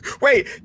Wait